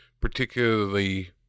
particularly